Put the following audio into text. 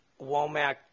Womack